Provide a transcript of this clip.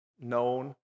known